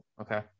okay